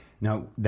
Now